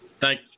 Thank